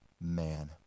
man